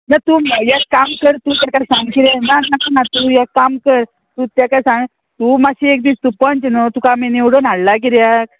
ना तूं एक काम कर तूं तेका सांग किदें ना ना ना तूं ये काम कर तूं तेका सांग तूं मात्शें एक दीस तूं पंच न्हू तुका आमी निवडून हाडला किऱ्याक